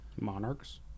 Monarchs